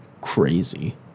crazy